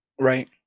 Right